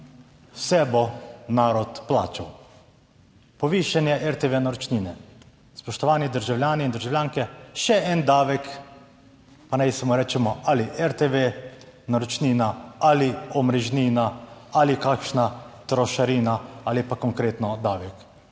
bo narod plačal. Povišanje RTV naročnine, spoštovani državljani in državljanke, še en davek, pa naj mu rečemo ali RTV naročnina ali omrežnina ali kakšna trošarina ali pa konkretno davek.